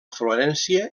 florència